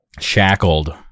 Shackled